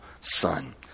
son